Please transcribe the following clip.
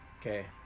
Okay